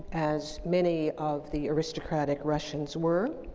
as many of the aristocratic russians were,